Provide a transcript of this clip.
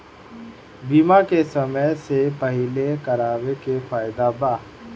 बीमा के समय से पहिले करावे मे फायदा बा